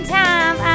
time